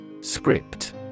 Script